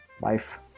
Life